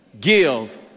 give